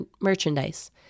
merchandise